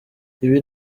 ibi